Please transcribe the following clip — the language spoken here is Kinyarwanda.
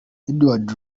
edward